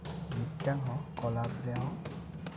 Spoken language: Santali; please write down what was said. ᱢᱤᱫᱴᱟᱝ ᱦᱚᱸ ᱠᱞᱟᱵᱽ ᱨᱮᱦᱚᱸ